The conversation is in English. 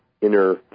inner